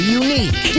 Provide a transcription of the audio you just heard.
unique